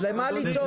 אז למה לצעוק?